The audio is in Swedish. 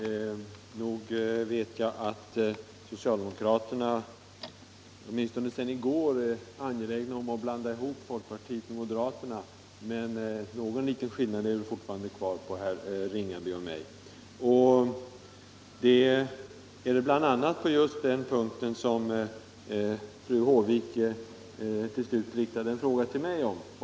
Herr talman! Nog vet jag att socialdemokraterna åtminstone sedan i går är angelägna om att blanda ihop folkpartiet och moderaterna, men någon liten skillnad är det fortfarande kvar mellan herr Ringaby och mig — bl.a. just på den punkten som fru Håvik till slut riktade en fråga till mig om.